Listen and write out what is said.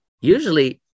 usually